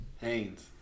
Haynes